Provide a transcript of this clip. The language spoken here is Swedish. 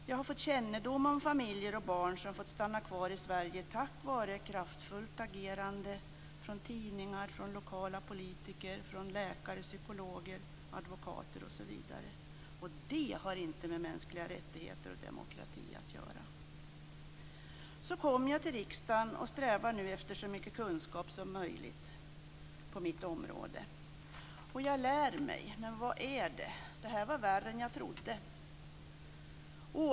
Jag har fått kännedom om familjer och barn som har fått stanna kvar i Sverige tack vare ett kraftfullt agerande från tidningar, lokala politiker, läkare, psykologer, advokater, osv. Och det har inte med mänskliga rättigheter och demokrati att göra. Så kom jag till riksdagen och strävar nu efter så mycket kunskap som möjligt på mitt område. Och jag lär mig. Men vad är det? Det här var värre än jag trodde.